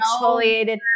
exfoliated